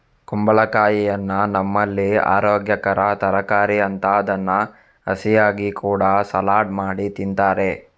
ಕುಂಬಳಕಾಯಿಯನ್ನ ನಮ್ಮಲ್ಲಿ ಅರೋಗ್ಯಕರ ತರಕಾರಿ ಅಂತ ಅದನ್ನ ಹಸಿಯಾಗಿ ಕೂಡಾ ಸಲಾಡ್ ಮಾಡಿ ತಿಂತಾರೆ